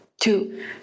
two